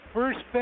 First